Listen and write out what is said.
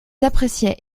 appréciaient